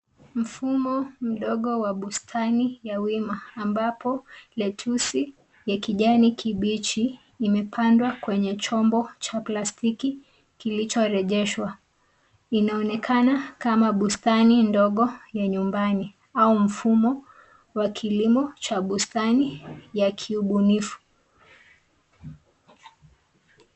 Mfumo mdogo wa bustani ya wima ambapo letusi ya kijani kibichi imepandwa kwenye chombo cha plastiki kilichoerejeswa. Inaonekana kama bustani ndogo ya nyumbani, au mfumo wa kilimo cha bustani ya kiubunifu.